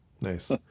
nice